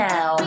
Now